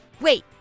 Wait